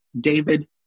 David